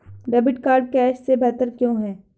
Debit card cash से बेहतर क्यों है?